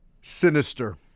sinister